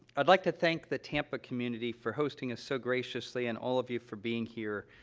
i'd like to thank the tampa community for hosting us so graciously and all of you for being here,